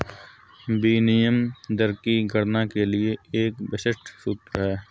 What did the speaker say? विनिमय दर की गणना करने के लिए एक विशिष्ट सूत्र है